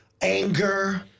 anger